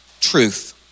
Truth